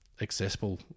accessible